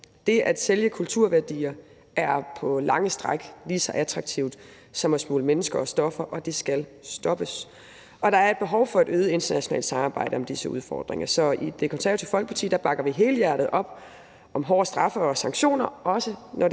Det at sælge kulturværdier er på lange stræk lige så attraktivt som at smugle mennesker og stoffer, og det skal stoppes. Der er et behov for et øget internationalt samarbejde om disse udfordringer. Så i Det Konservative Folkeparti bakker vi helhjertet op om hårde straffe og sanktioner, også når det